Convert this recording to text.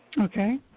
Okay